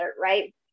right